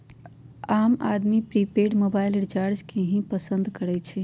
आम आदमी prepaid mobile recharge के ही पसंद करई छई